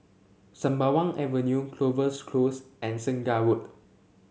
Sembawang Avenue Clovers Close and Segar Road